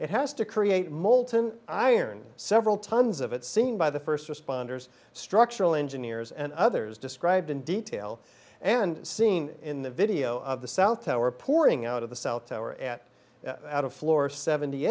it has to create molten iron several tons of it seen by the first responders structural engineers and others described in detail and seen in the video of the south tower pouring out of the south tower at out of floor seventy